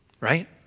right